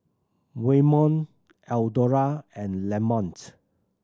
Waymon Eldora and Lamont